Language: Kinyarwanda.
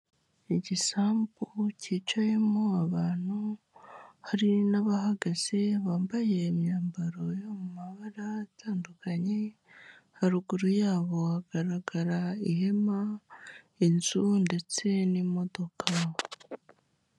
Igisambu cyicayemo abantu, hari n'abahagaze, bambaye imyambaro yo mu mabara atandukanye, haruguru yabo hagaragara ihema, inzu, ndetse n'imodoka.